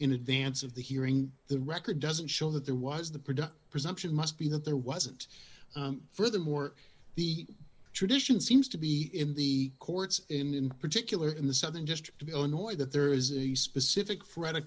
in advance of the hearing the record doesn't show that there was the production presumption must be that there wasn't furthermore the tradition seems to be in the courts in particular in the southern district of illinois that there is a specific threat